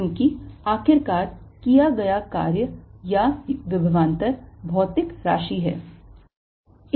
क्योंकि आखिरकार किया गया कार्य या विभवांतर भौतिक राशि है